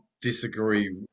disagree